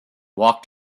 walked